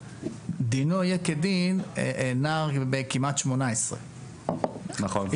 דינו יהיה כדין נער בן כמעט 18. נכון.